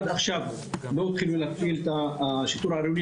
שעד עכשיו לא התחילו להפעיל את השיטור העירוני